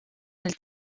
elle